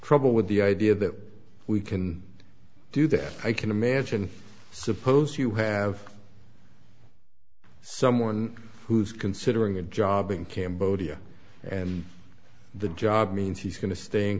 trouble with the idea that we can do that i can imagine suppose you have someone who is considering a job in cambodia and the job means he's going to stay in